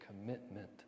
commitment